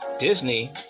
Disney